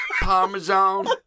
Parmesan